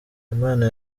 imana